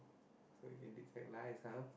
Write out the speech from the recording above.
so you can detect lies !huh!